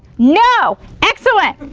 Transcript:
no. excellent.